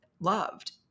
loved